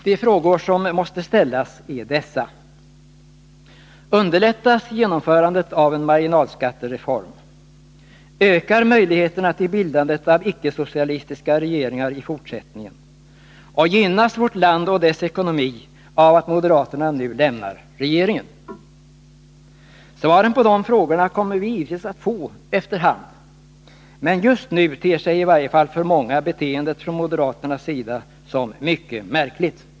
De frågor som måste ställas är: Ökar möjligheterna till bildandet av icke-socialistiska regeringar i fortsättningen? tiska åtgärder Gynnas vårt land och dess ekonomi av att moderaterna nu lämnar regeringen? Svaren på dessa frågor kommer vi givetvis att få efter hand. Men just nu ter sig i varje fall för många beteendet från moderaternas sida som mycket märkligt.